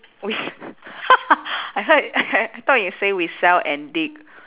we s~ I heard I I thought you say we sell and dig